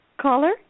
caller